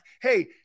Hey